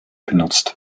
benutzt